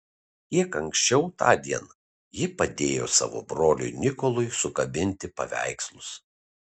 kiek anksčiau tądien ji padėjo savo broliui nikolui sukabinti paveikslus